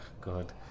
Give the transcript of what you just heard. God